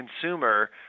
consumer